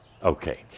Okay